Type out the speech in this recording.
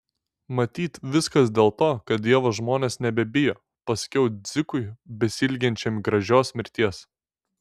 matyt viskas dėl to kad dievo žmonės nebebijo pasakiau dzikui besiilginčiam gražios mirties